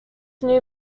new